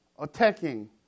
attacking